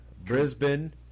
Brisbane